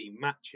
matches